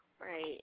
Right